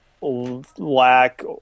lack